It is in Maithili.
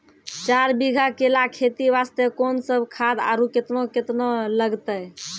चार बीघा केला खेती वास्ते कोंन सब खाद आरु केतना केतना लगतै?